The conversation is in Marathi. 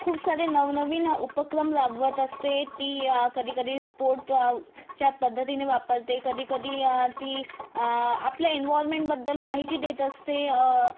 खूप सारी नवनवीन उपक्रम राबवत असते ती कधीकधी स्पोर्टच्या पद्धतीने वापरते कधीकधी ती आपल्या एन्व्हायरमेंटबद्दल माहिती देत असते